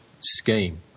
scheme